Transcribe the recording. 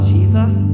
Jesus